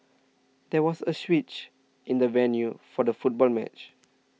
there was a switch in the venue for the football match